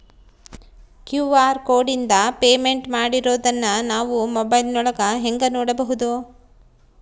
QR ಕೋಡಿಂದ payment ಮಾಡಿರೋದನ್ನ ನಾವು ಮೊಬೈಲಿನೊಳಗ ಹೆಂಗ ನೋಡಬಹುದು?